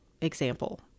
example